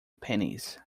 pennies